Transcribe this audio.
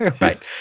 right